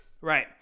Right